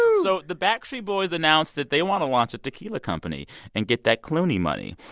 so the backstreet boys announced that they want to launch a tequila company and get that clooney money.